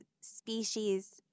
species